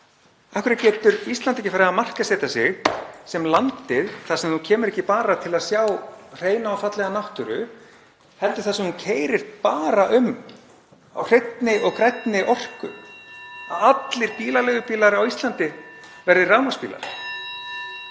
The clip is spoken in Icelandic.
Af hverju getur Ísland ekki farið að markaðssetja sig sem landið þar sem þú kemur ekki bara til að sjá hreina og fallega náttúru heldur þar sem þú keyrir bara um á hreinni og grænni orku? (Forseti hringir.) Að allir bílaleigubílar á Íslandi verði rafmagnsbílar,